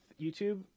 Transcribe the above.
YouTube